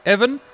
Evan